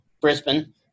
Brisbane